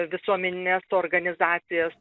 visuomenines organizacijas